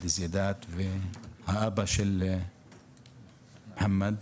האבא והאמא של מוחמד